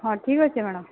ହଁ ଠିକ୍ ଅଛି ମ୍ୟାଡ଼ାମ୍